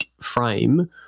frame